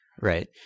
Right